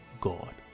God